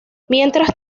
mientras